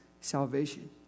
salvation